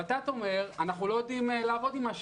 ות"ת אומרים: אנחנו לא יודעים לעבוד עם מה שיש.